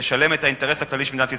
תשלם את האינטרס הכללי של מדינת ישראל,